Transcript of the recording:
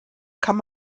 kann